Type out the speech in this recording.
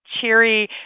cheery